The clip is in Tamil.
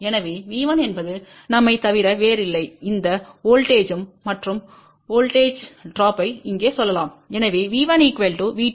எனவே V1என்பது நம்மைத் தவிர வேறில்லை இந்த வோல்ட்டேஜ்ம் மற்றும் வோல்ட்டேஜ் ட்ரோப்யை இங்கே சொல்லலாம்